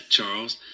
Charles